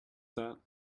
that